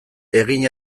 egin